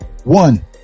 One